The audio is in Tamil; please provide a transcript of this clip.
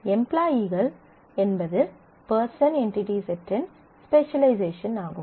எம்ப்லாயீகள் என்பது பெர்சன் என்டிடி செட்டின் ஸ்பெசலைசேஷன் ஆகும்